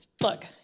Look